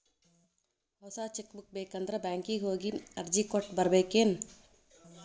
ಹೊಸ cheque book ಬೇಕಂದ್ರ ಬ್ಯಾಂಕಿಗೆ ಹೋಗಿ ಅರ್ಜಿ ಕೊಟ್ಟ ಬರ್ಬೇಕೇನ್